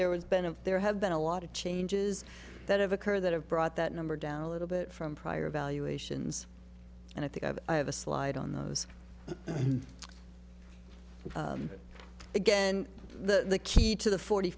there was been of there have been a lot of changes that have occurred that have brought that number down a little bit from prior evaluations and i think of i have a slide on those again the key to the forty